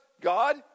God